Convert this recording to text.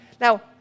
Now